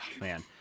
man